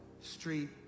street